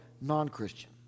non-Christian